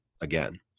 again